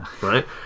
Right